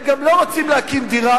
הם גם לא רוצים להקים משפחה,